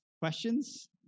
questions